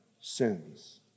sins